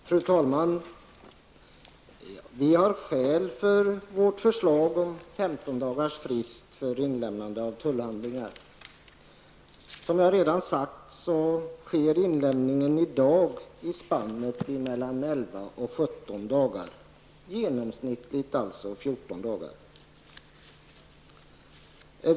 Fru talman! Vi har skäl för vårt förslag om 15 dagars frist för inlämnande av tullhandlingar. Som jag redan sagt, sker inlämningen i dag i spannet mellan 11 och 17 dagar, genomsnittligt alltså 14 dagar.